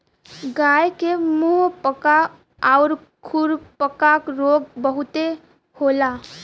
गाय के मुंहपका आउर खुरपका रोग बहुते होला